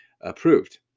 approved